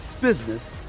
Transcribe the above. business